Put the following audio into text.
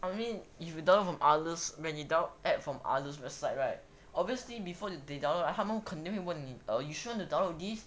I mean if you download from others when you download app from others site right obviously before they download right 他们肯定问你 ah you sure you want to download this